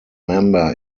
member